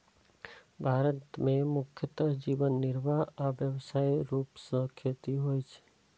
भारत मे मुख्यतः जीवन निर्वाह आ व्यावसायिक रूप सं खेती होइ छै